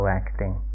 acting